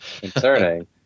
concerning